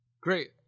Great